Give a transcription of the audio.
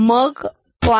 मग 0